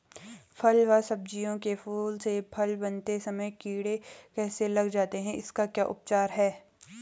फ़ल व सब्जियों के फूल से फल बनते समय कीड़े कैसे लग जाते हैं इसका क्या उपचार है?